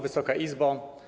Wysoka Izbo!